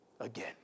again